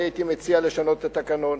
אני הייתי מציע לשנות את התקנון,